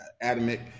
Adamic